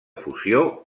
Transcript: fusió